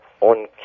on